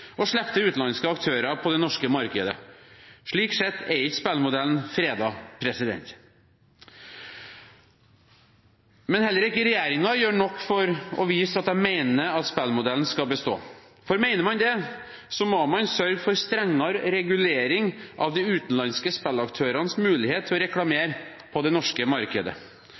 og slippe til utenlandske aktører på det norske markedet. Slik sett er ikke spillmodellen fredet. Men heller ikke regjeringen gjør nok for å vise at de mener at spillmodellen skal bestå, for mener man det, må man sørge for strengere regulering av de utenlandske spillaktørenes mulighet til å reklamere på det norske markedet.